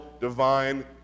divine